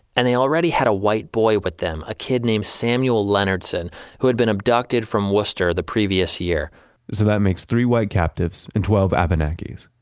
and they already had a white boy with them, a kid named samuel lennardson lennardson who had been abducted from worcester the previous year. so that makes three white captives and twelve abenakis.